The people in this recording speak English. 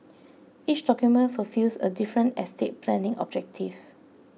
each document fulfils a different estate planning objective